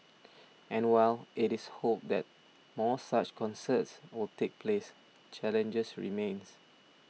and while it is hoped that more such concerts will take place challenges remain